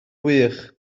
wych